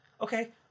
Okay